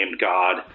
God